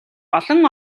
олон